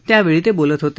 त्यावेळी ते बोलत होते